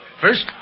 First